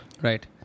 Right